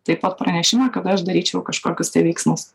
taip pat pranešimą kad aš daryčiau kažkokius tai veiksmus